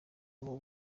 ubu